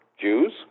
Jews